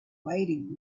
waiting